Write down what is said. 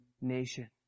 nation